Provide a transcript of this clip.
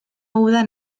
udan